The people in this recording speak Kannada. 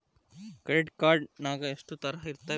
ಕ್ರೆಡಿಟ್ ಕಾರ್ಡ್ ನಾಗ ಎಷ್ಟು ತರಹ ಇರ್ತಾವ್ರಿ?